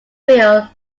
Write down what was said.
will